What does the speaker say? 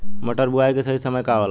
मटर बुआई के सही समय का होला?